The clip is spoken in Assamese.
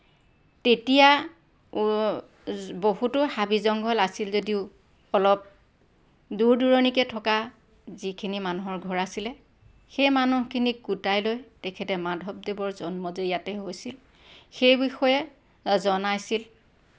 তেতিয়া বহুতো হাবি জংঘল আছিল যদিও অলপ দূৰ দূৰণিকৈ থকা যিখিনি মানুহৰ ঘৰ আছিলে সেই মানুহখিনিক গোটাই লৈ তেখেতে মাধৱদেৱৰ জন্ম যে ইয়াতে হৈছিল সেই বিষয়ে জনাইছিল